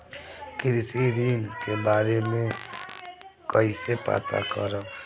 कृषि ऋण के बारे मे कइसे पता करब?